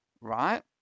right